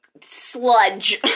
sludge